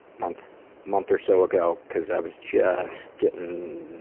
month month or so ago cause i was just getting.